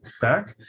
back